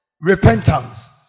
repentance